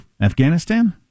Afghanistan